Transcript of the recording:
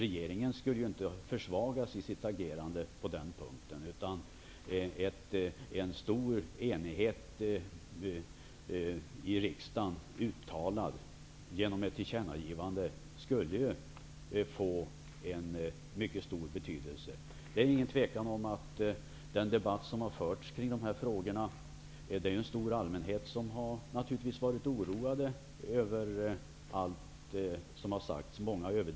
Det hade ju inte försvagat regeringen i dess agerande. En stor enighet i riksdagen, uttalad genom ett tillkännagivande, skulle få en mycket stor betydelse. Det råder inga tvivel om att det är en stor allmänhet som har blivit oroad över det som har sagts i debatten.